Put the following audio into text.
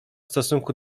stosunku